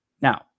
Now